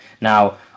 Now